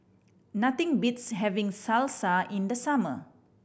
nothing beats having Salsa in the summer